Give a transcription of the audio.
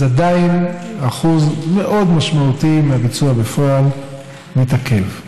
עדיין אחוז מאוד משמעותי מהביצוע בפועל מתעכב.